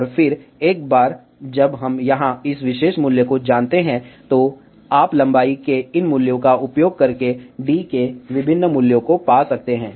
और फिर एक बार जब हम यहां इस विशेष मूल्य को जानते हैं तो आप लंबाई के इन मूल्यों का उपयोग करके d के विभिन्न मूल्यों को पा सकते हैं